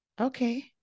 Okay